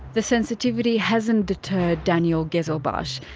the sensitivity hasn't deterred daniel ghezelbash.